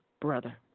brother